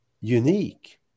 unique